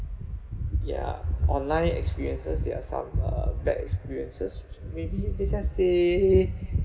ya online experiences there are some uh bad experiences maybe let's just say